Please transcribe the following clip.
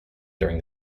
during